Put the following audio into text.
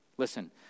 Listen